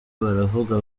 baravuga